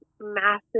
massive